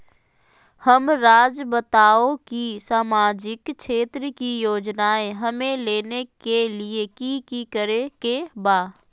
हमराज़ बताओ कि सामाजिक क्षेत्र की योजनाएं हमें लेने के लिए कि कि करे के बा?